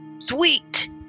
Sweet